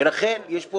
ולכן, יש פה